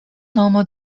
nomo